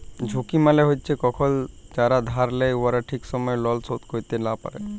ঝুঁকি মালে হছে কখল যারা ধার লেই উয়ারা ঠিক সময়ে লল শোধ ক্যইরতে লা পারে